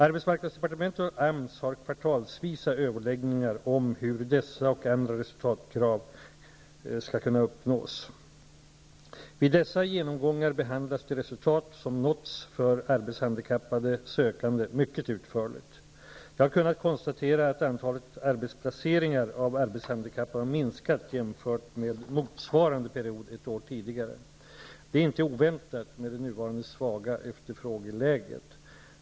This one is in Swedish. Arbetsmarknadsdepartementet och AMS har kvartalsvisa överläggningar om hur dessa och andra resultatkrav skall kunna uppnås. Vid dessa genomgångar behandlas de resultat som nåtts för arbetshandikappade sökande mycket utförligt. Jag har kunnat konstatera att antalet arbetsplaceringar av arbetshandikappade har minskat jämfört med motsvarande period ett år tidigare. Det är inte oväntat med det nuvarande svaga efterfrågeläget.